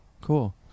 cool